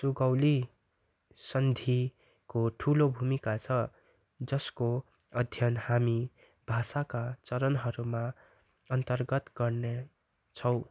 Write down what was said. सुगौली सन्धिको ठुलो भूमिका छ जसको अध्ययन हामी भाषाका चरणहरूमा अन्तर्गत गर्नेछौँ